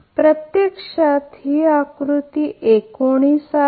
तर ही प्रत्यक्षात आकृती 19 आहे